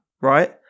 right